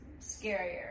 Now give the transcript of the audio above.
scarier